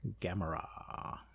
Gamera